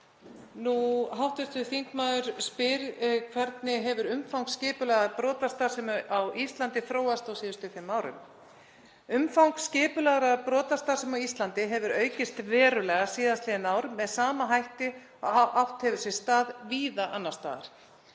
Hv. þingmaður spyr: Hvernig hefur umfang skipulagðrar brotastarfsemi á Íslandi þróast á síðustu fimm árum? Umfang skipulagðrar brotastarfsemi á Íslandi hefur aukist verulega síðastliðin ár með sama hætti og átt hefur sér stað víða annars staðar.